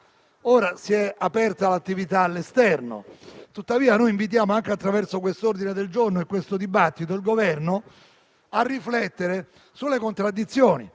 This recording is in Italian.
Ora si è aperta l'attività all'esterno; tuttavia, anche attraverso questo ordine del giorno e questo dibattito, noi invitiamo il Governo a riflettere sulle contraddizioni.